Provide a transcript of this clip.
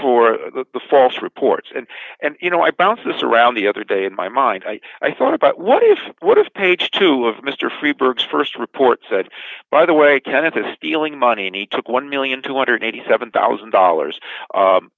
for the false reports and and you know i bounced this around the other day in my mind i thought about what is what is page two of mr freberg st report said by the way kenneth is stealing money and he took one million two hundred and eighty seven thousand dollars